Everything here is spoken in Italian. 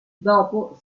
dopo